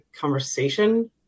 conversation